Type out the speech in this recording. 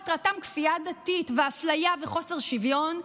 מטרתם כפייה דתית ואפליה וחוסר שוויון,